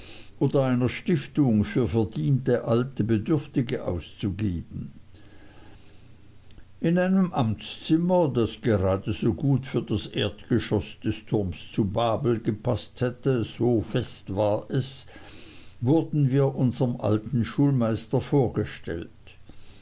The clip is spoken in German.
oder einer stiftung für alte verdiente bedürftige auszugeben in einem amtszimmer das gerade so gut für das erdgeschoß des turms zu babel gepaßt hätte so fest war es wurden wir unserm alten schulmeister vorgestellt